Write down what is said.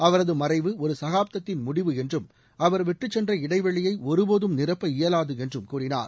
அவரது மறைவு ஒரு சகாப்தத்தின் முடிவு என்றும் அவர் விட்டுச்சென்ற இடைவெளியை ஒருபோதும் நிரப்ப இயலாது என்றும் கூறினார்